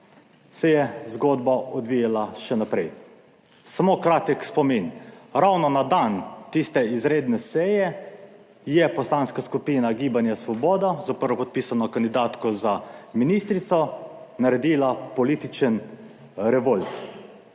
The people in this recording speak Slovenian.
se je zgodba odvijala še naprej. Samo kratek spomin, ravno na dan tiste izredne seje, je poslanska skupina Gibanja Svoboda s prvopodpisano kandidatko za ministrico naredila političen revolt.